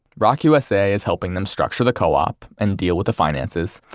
roc usa is helping them structure the co-op and deal with the finances.